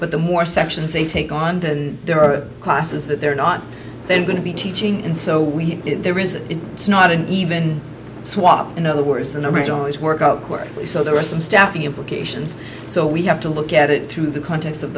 but the more sections they take on then there are classes that they're not going to be teaching and so we there is not an even swap in other words the numbers are always work out quickly so there are some staffing implications so we have to look at it through the context of